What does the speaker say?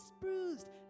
bruised